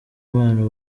impano